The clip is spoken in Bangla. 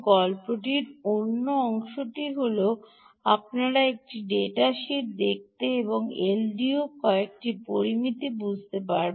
গল্পটির অন্য অংশটি হল আপনাকে একটি ডেটা শীটটি দেখতে এবং এলডিওর কয়েকটি পরামিতি বুঝতে হবে